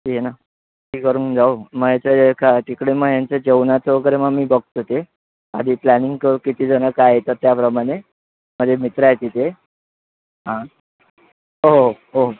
ठीक आहे ना ती करून जाऊ मग याचं एका तिकडे मग यांचं जेवणाचं वगैरे मग मी बघतो ते आधी प्लॅनिंग करू कितीजणं काय येतात त्याप्रमाणे माझे मित्र आहे तिथे हां हो हो हो